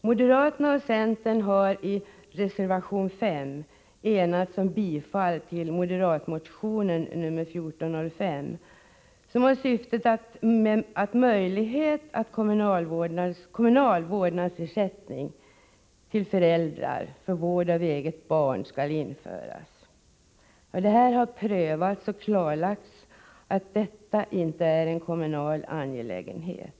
Moderaterna och centern har i reservation 5 enats om krav på bifall till moderatmotionen 1405, som syftar till att möjliggöra införande av kommunal vårdnadsersättning till föräldrar för vård av egna barn. Denna fråga har prövats, och det har klarlagts att detta inte är en kommunal angelägenhet.